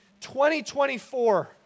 2024